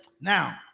Now